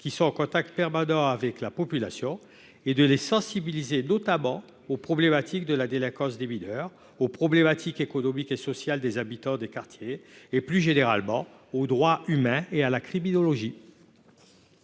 qui sont en contact permanent avec la population, et de les sensibiliser notamment aux problématiques de la délinquance des mineurs, aux problématiques économiques et sociales des habitants des quartiers et, plus généralement, aux droits humains et à la criminologie.